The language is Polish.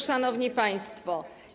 Szanowni Państwo!